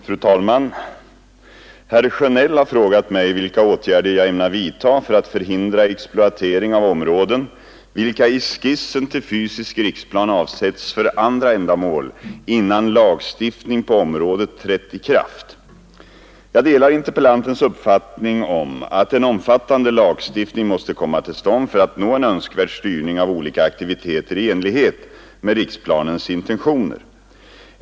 Fru talman! Herr Sjönell har frågat mig vilka åtgärder jag ämnar vidta för att förhindra exploatering av områden, vilka i skissen till fysisk riksplan avsetts för andra ändamål, innan lagstiftning på området trätt i kraft. Jag delar interpellantens uppfattning om att en omfattande lagstiftning måste komma till stånd för att nå en önskvärd styrning av olika aktiviteter i enlighet med riksplanens intentioner.